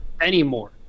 Anymore